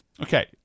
Okay